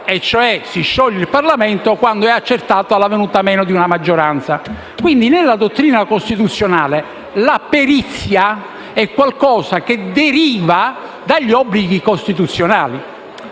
(ossia si scioglie il Parlamento quando è accertato il venir meno di una maggioranza). Nella dottrina costituzionale la perizia è quindi qualcosa che deriva dagli obblighi costituzionali.